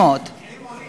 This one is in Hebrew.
600. המחירים עולים.